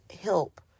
help